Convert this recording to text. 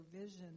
vision